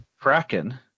Kraken